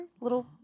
Little